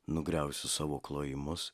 nugriausiu savo klojimus